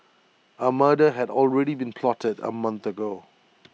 A murder had already been plotted A month ago